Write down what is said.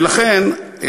ולכן,